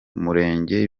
murenge